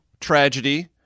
tragedy